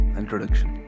introduction